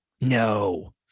No